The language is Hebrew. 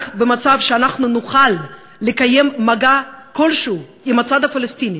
רק במצב שאנחנו נוכל לקיים מגע כלשהו עם הצד הפלסטיני,